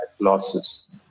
losses